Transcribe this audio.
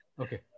Okay